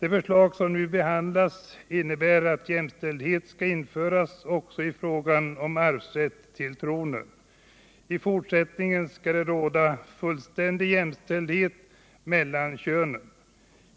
Det förslag som nu behandlas innebär att jämställdhet skall införas också i frågan om arvsrätt till tronen. I fortsättningen skall det råda fullständig jämställdhet mellan könen.